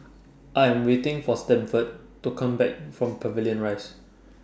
I Am waiting For Sanford to Come Back from Pavilion Rise